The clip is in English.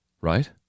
right